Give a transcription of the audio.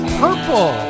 purple